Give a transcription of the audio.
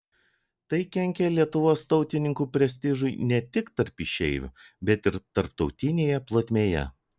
tai kenkė lietuvos tautininkų prestižui ne tik tarp išeivių bet ir tarptautinėje plotmėje